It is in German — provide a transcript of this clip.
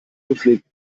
gepflegt